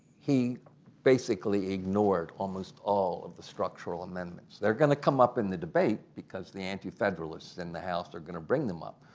he basically ignored almost all of the structural amendments. they are going to come up in the debate because the anti-federalists in the house are going to bring them up.